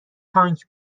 تانک